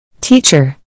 Teacher